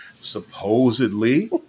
supposedly